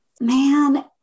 man